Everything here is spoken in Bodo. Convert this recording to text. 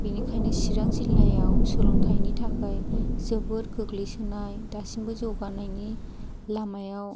बिनिखायनो चिरां जिल्लायाव सोलोंथाइनि थाखाय जोबोर गोग्लैसोनाय दासिमबो जौगानायनि लामायाव